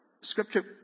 Scripture